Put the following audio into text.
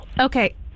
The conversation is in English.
Okay